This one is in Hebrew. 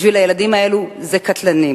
בשביל הילדים האלה זה קטלני.